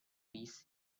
fish